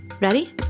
ready